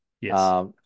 Yes